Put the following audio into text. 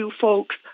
folks